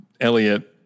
Elliot